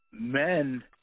men